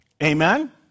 Amen